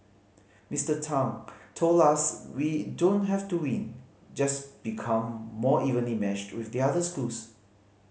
Mister Tang told us we don't have to win just become more evenly matched with the other schools